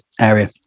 area